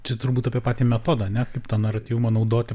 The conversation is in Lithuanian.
čia turbūt apie patį metodą ar ne kaip tą naratyvumą naudoti